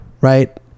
right